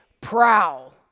Prowl